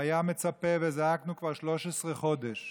היה מצופה, וזעקנו כבר 13 חודש: